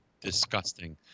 disgusting